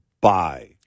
buy